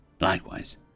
Likewise